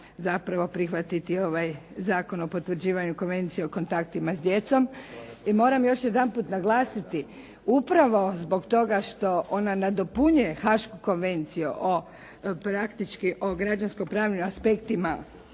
zapravo prihvatiti ovaj Zakon o potvrđivanju Konvencije o kontaktima s djecom. I moram još jedanput naglasiti, upravo zbog toga što ona nadopunjuje hašku Konvenciju o, praktički o građansko-pravnim aspektima